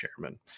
chairman